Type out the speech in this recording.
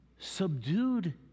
Subdued